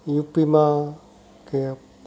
યુપીમાં કે